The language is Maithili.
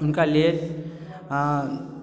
हुनका लेल